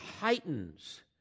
heightens